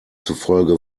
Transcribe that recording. zufolge